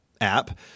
app